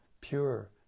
pure